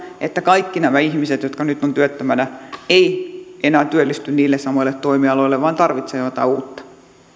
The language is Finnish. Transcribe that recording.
että kaikki nämä ihmiset jotka nyt ovat työttömänä eivät enää työllisty niille samoille toimialoille vaan tarvitsevat jotain uutta